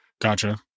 Gotcha